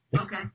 okay